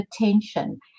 attention